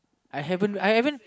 I haven't I haven't